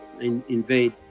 invade